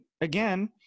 again